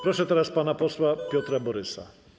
Proszę teraz pana posła Piotra Borysa.